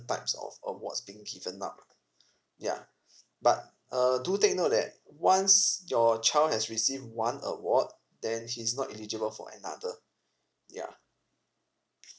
types of awards being given out ya but uh do take note that once your child has received one award then he's not eligible for another ya